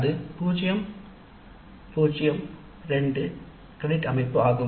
அது 0 0 2 credit score ஆகும்